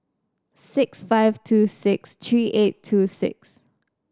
six five two six three eight two six